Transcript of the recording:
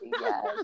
Yes